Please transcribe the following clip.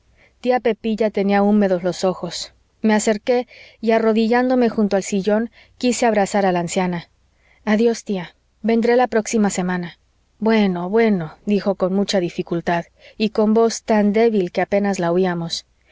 tía pepilla tenía húmedos los ojos me acerqué y arrodillándome junto al sillón quise abrazar a la anciana adiós tía vendré la próxima semana bueno bueno dijo con mucha dificultad y con voz tan débil que apenas la oíamos